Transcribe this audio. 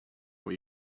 what